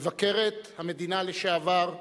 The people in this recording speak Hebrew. מבקרת המדינה לשעבר,